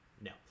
No